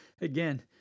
Again